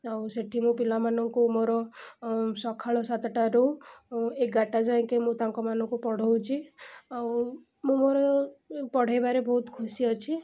ଆଉ ସେଇଠି ମୁଁ ପିଲାମାନଙ୍କୁ ମୋର ସକାଳ ସାତଟାରୁ ଏଗାରଟା ଯାଏକି ମୁଁ ତାଙ୍କମାନଙ୍କୁ ପଢ଼ାଉଛି ଆଉ ମୁଁ ମୋର ପଢ଼େଇବାରେ ବହୁତ ଖୁସି ଅଛି